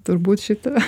turbūt šita